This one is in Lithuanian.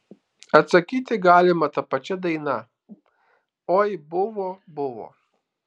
atsakyti galima ta pačia daina oi buvo buvo